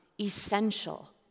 essential